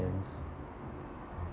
~ans